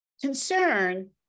concern